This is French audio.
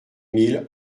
mille